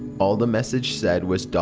all the message said was.